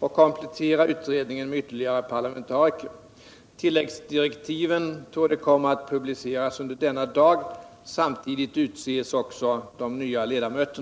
samt komplettera utredningen med ytterligare parlamentariker. Tilläggsdirektiven torde komma att publiceras under denna dag. Samtidigt utses också de nya ledamöterna.